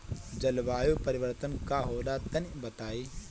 जलवायु परिवर्तन का होला तनी बताई?